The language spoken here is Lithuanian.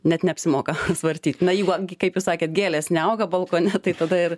net neapsimoka svartyt na jeigu ant kaip jūs sakėt gėlės neauga balkone tai tada ir